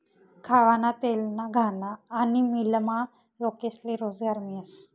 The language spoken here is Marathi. खावाना तेलना घाना आनी मीलमा लोकेस्ले रोजगार मियस